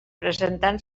presentant